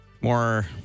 more